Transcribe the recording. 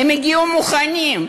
הם הגיעו מוכנים,